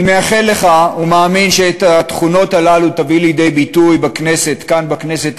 אני מאחל לך ומאמין שאת התכונות הללו תביא לידי ביטוי כאן בכנסת,